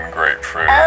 Grapefruit